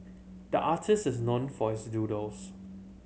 the artist is known for his doodles